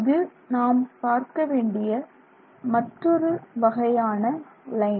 இது நாம் பார்க்கவேண்டிய மற்றொரு வகையான லைன்